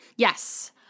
Yes